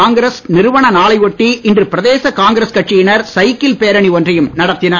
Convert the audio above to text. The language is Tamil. காங்கிரஸ் நிறுவன நாளை ஒட்டி இன்று பிரதேச காங்கிரஸ் கட்சியினர் சைக்கிள் பேரணி ஒன்றையும் நடத்தினர்